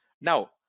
now